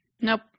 nope